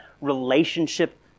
relationship